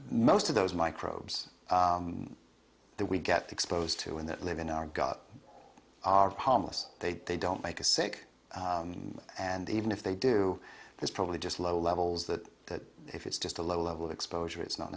most of those microbes that we get exposed to in that live in our gut are harmless they they don't like a sick and even if they do there's probably just low levels that that if it's just a low level exposure it's not